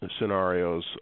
scenarios